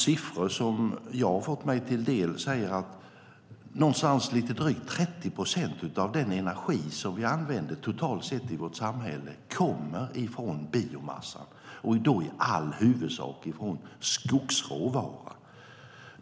Siffror som jag har fått mig till del visar att drygt 30 procent av den totala energi vi använder i vårt samhälle kommer från biomassa, och då i all huvudsak från skogsråvara.